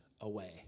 away